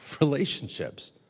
Relationships